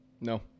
no